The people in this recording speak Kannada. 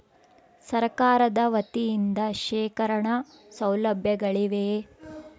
ಸರಕಾರದ ವತಿಯಿಂದ ಶೇಖರಣ ಸೌಲಭ್ಯಗಳಿವೆಯೇ?